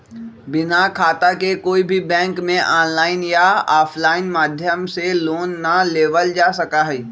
बिना खाता के कोई भी बैंक में आनलाइन या आफलाइन माध्यम से लोन ना लेबल जा सका हई